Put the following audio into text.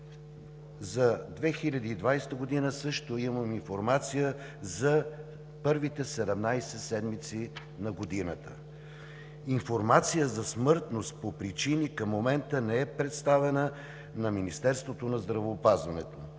За 2020 г. също имам информация за първите 17 седмици на годината. Информация за смъртност по причини към момента не е предоставена на Министерството на здравеопазването.